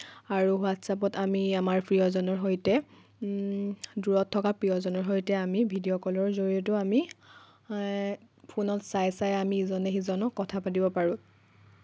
আৰু হোৱাটছাপত আমি আমাৰ প্ৰিয়জনৰ সৈতে দূৰত থকা প্ৰিয়জনৰ সৈতে আমি ভিডিঅ' কলৰ জৰিয়তেও আমি ফোনত চাই চাই আমি ইজনে সিজনক কথা পাতিব পাৰোঁ